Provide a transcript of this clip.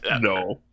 No